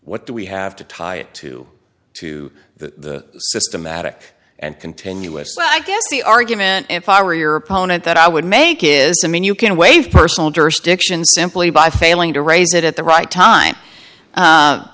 what do we have to tie it to to the systematic and continuous i guess the argument if i were your opponent that i would make is i mean you can waive personal jurisdiction simply by failing to raise it at the right time